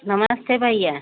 नमस्ते भईया